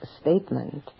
statement